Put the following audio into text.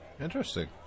Interesting